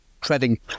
treading